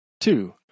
two